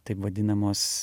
taip vadinamos